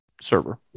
server